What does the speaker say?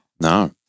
No